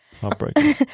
Heartbreaking